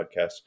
podcast